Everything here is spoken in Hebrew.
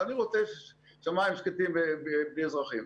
אבל אני רוצה שמיים שקטים בלי אזרחים.